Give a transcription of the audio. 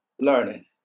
learning